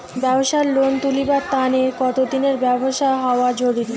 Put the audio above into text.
ব্যাবসার লোন তুলিবার তানে কতদিনের ব্যবসা হওয়া জরুরি?